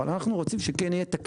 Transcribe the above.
אבל אנחנו רוצים שכן יהיה את הכלי.